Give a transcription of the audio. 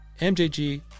MJG